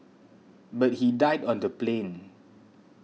but he died on the plane